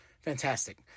Fantastic